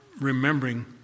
remembering